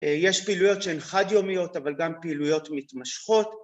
יש פעילויות שהן חד יומיות אבל גם פעילויות מתמשכות